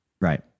Right